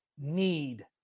need